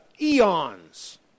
eons